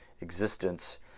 existence